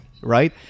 Right